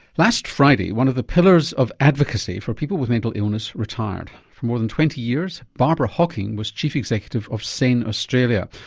last friday, one of the pillars of advocacy for people with mental illness retired. for more than twenty years barbara hocking was chief executive of sane australia,